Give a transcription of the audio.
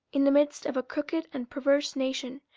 in the midst of a crooked and perverse nation,